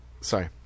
sorry